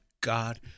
God